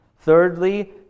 Thirdly